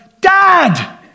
Dad